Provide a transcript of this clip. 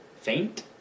Faint